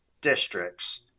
districts